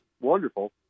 wonderful